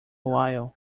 while